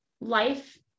life